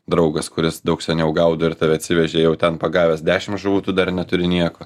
draugas kuris daug seniau gaudo ir tave atsivežė jau ten pagavęs dešimt žuvų tu dar neturi nieko